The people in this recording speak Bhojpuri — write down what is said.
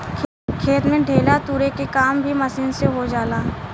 खेत में ढेला तुरे के काम भी मशीन से हो जाला